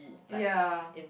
ya